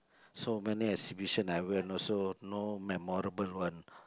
so many exhibition I went also no memorable one